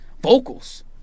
vocals